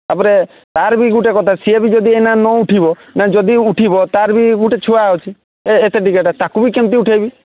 ତା'ପରେ ତାର ବି ଗୋଟିଏ କଥା ସିଏବି ଯଦି ଏଇନା ନ ଉଠିବ ନା ଯଦି ଉଠିବ ତାର ବି ଗୋଟିଏ ଛୁଆ ଅଛି ଏ ଏତେ ଟିକେଟା ତାକୁ ବି କେମିତି ଉଠାଇବି